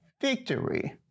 victory